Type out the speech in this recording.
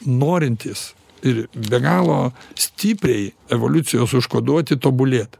norintys ir be galo stipriai evoliucijos užkoduoti tobulėt